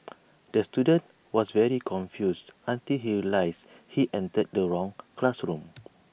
the student was very confused until he realised he entered the wrong classroom